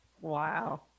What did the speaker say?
Wow